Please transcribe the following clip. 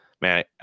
man